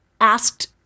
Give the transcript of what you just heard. asked